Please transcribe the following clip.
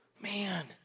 man